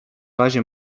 razie